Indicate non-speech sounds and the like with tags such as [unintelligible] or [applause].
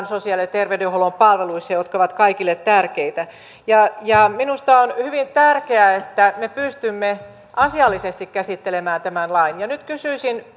[unintelligible] sosiaali ja terveydenhuollon palveluissa jotka ovat kaikille tärkeitä minusta on hyvin tärkeää että me pystymme asiallisesti käsittelemään tämän lain nyt kysyisin [unintelligible]